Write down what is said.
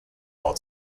all